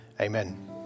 Amen